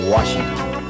Washington